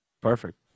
Perfect